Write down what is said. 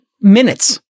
minutes